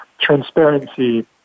transparency